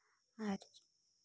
ᱟᱨ